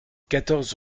quatorze